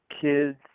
kids